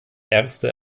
erste